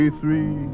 three